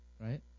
right